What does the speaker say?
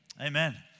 Amen